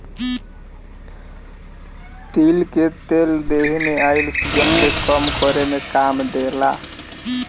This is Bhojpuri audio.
तिल कअ तेल देहि में आइल सुजन के कम करे में काम देला